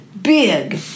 Big